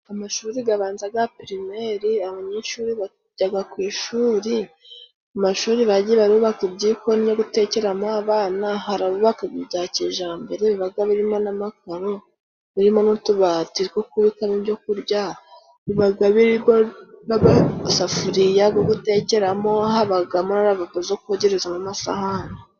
Amashuri gabanza ga pirimeri, abanyeshuri bajyaga ku ishuri. Mu mashuri bagiye barubaka ibyikoni byo gutekeramo abana. Hari abubakaga ibya kijambere bibaga birimo n'amakaro, birimo n'utubati two kubikamo ibyo kurya, bibaga birimo n'amasafuriya go gutekeramo, habagamo na ravabo zo kogerezamo amasahani.